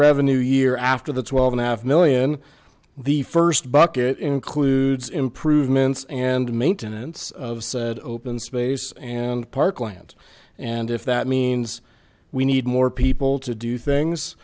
revenue year after the twelve and a half million the first bucket includes improvements and maintenance of said open space and parkland and if that means we need more people to do things